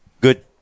good